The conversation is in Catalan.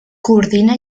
coordina